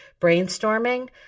brainstorming